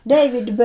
David